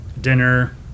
dinner